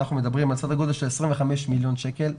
אנחנו מדברים על סדר גודל של 25 מיליון שקלים בשנה,